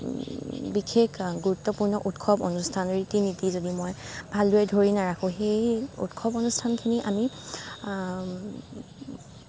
বিশেষ গুৰুত্বপূৰ্ণ উৎসৱ অনুষ্ঠান ৰীতি নীতি যদি মই ভালদৰে ধৰি নাৰাখোঁ সেই উৎসৱ অনুষ্ঠানখিনি আমি